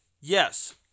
yes